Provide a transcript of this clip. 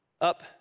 up